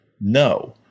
no